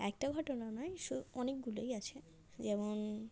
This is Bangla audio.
একটা ঘটনা নয় সো অনেকগুলোই আছে যেমন